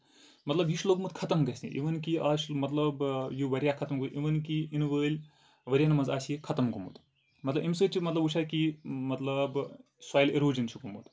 مطلب یہِ چھُ لوگمُت ختم گژھنہِ اِوٕن کہِ آز چھُ مطلب یہِ واریاہ ختم گوٚمُت اِوٕن کہِ ییٚنہٕ وٲلۍ ؤرٮ۪ن منٛز آسہِ یہِ ختم گوٚومُت مطلب اَمہِ سۭتۍ چھُ وٕچھان کہِ مطلب سۄیِل اِروجن چھُ گوٚومُت